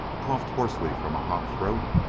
coughed hoarsely from a hot throat,